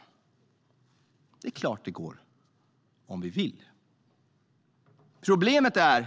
Men det är klart att det går - om vi vill. Problemet är